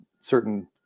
certain